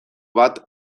bat